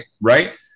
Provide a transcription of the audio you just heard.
right